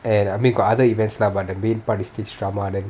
and I mean got other events lah but the main part is stage drama then